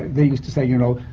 they used to say, you know,